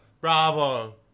Bravo